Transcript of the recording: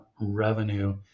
revenue